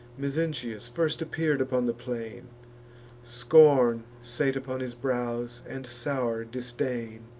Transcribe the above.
mezentius first appear'd upon the plain scorn sate upon his brows, and sour disdain,